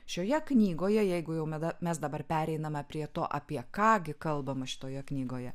šioje knygoje jeigu jau meda mes dabar pereiname prie to apie ką gi kalbama šitoje knygoje